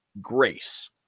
grace